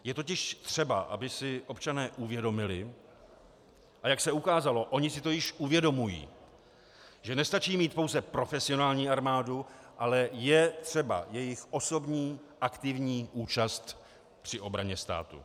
Je totiž třeba, aby si občané uvědomili, a jak se ukázalo, oni si to již uvědomují, že nestačí mít pouze profesionální armádu, ale je třeba jejich osobní aktivní účast při obraně státu.